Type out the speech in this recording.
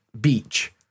beach